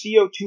CO2